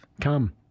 Come